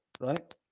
right